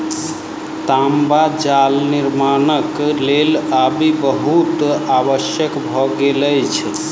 तांबा जाल निर्माणक लेल आबि बहुत आवश्यक भ गेल अछि